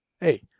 Hey